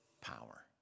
power